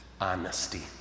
honesty